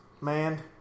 Man